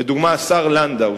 לדוגמה השר לנדאו,